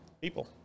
People